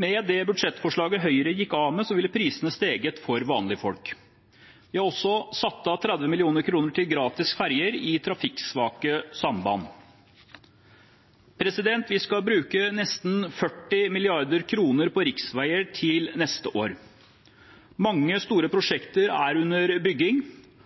Med budsjettforslaget Høyre gikk av med, ville prisene steget for vanlige folk. Vi har også satt av 30 mill. kr til gratis ferger i trafikksvake samband. Vi skal bruke nesten 40 mrd. kr på riksveier til neste år. Mange store